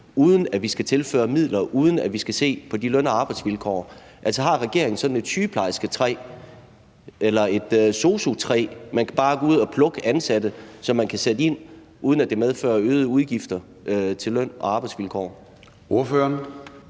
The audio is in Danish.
uden at vi skal tilføre midler, uden at vi skal se på de løn- og arbejdsvilkår? Altså, har regeringen sådan et sygeplejersketræ eller et sosu-træ, man bare kan gå ud at plukke ansatte fra, som man kan sætte ind, uden at det medfører øgede udgifter til løn- og arbejdsvilkår? Kl.